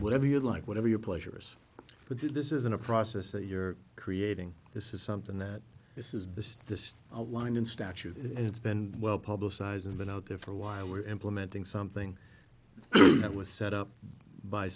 whatever you'd like whatever your pleasures but this isn't a process that you're creating this is something that this is because this aligned in statute and it's been well publicized and been out there for a while we're implementing something that was set up by